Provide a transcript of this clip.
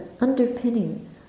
underpinning